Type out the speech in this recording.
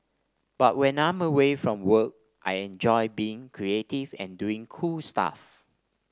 but when I'm away from work I enjoy being creative and doing cool stuff